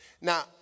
Now